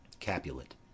Capulet